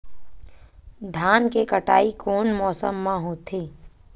धान के कटाई कोन मौसम मा होथे?